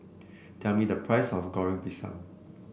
tell me the price of Goreng Pisang